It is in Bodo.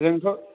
जोंथ'